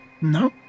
No